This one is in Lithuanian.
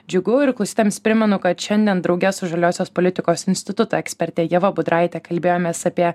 džiugu ir klausytojams primenu kad šiandien drauge su žaliosios politikos instituto ekspertė ieva budraite kalbėjomės apie